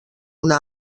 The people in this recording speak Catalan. una